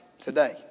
today